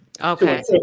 Okay